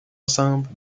ensemble